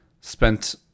spent